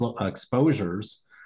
exposures